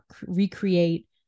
recreate